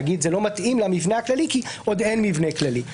להגיד זה לא מתאים למבנה הכללי כי עוד אין מבנה כללי.